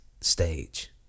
stage